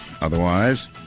Otherwise